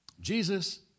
Jesus